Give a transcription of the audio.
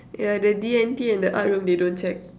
yeah the D_N_T and the art room they don't check